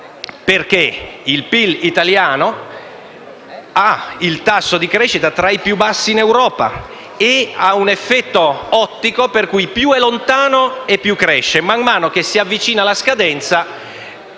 perché il PIL italiano registra un tasso di crescita tra i più bassi in Europa e presenta un effetto ottico per cui più è lontano e più cresce, mentre man mano che si avvicina la scadenza